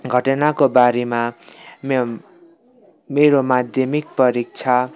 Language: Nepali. घटनाको बारेमा मेरो माध्यमिक परीक्षा